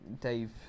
Dave